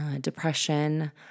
depression